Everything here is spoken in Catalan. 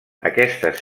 aquestes